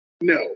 No